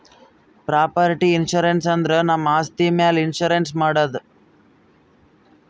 property insurance ಅಂದುರ್ ನಮ್ ಆಸ್ತಿ ಮ್ಯಾಲ್ ಇನ್ಸೂರೆನ್ಸ್ ಮಾಡದು